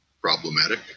problematic